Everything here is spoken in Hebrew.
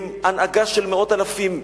עם הנהגה של מאות אלפים,